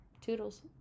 Toodles